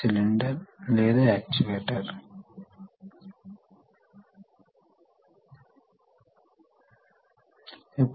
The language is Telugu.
కాబట్టి ఆన్బోర్డ్ ఫ్లైట్ కంప్యూటర్ ఈ యాక్యుయేటర్లను నడుపుతుంది తద్వారా విమానం ఎగురగలదు